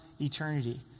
eternity